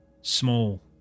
small